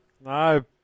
No